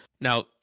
Now